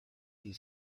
die